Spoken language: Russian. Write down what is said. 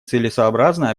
целесообразно